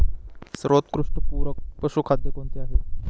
सर्वोत्कृष्ट पूरक पशुखाद्य कोणते आहे?